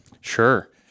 Sure